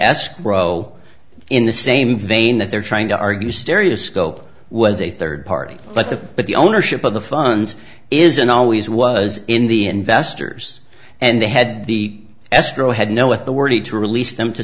escrow in the same vein that they're trying to argue stereoscope was a third party but the but the ownership of the funds is and always was in the investors and they had the escrow had no with the worry to release them to